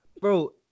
Bro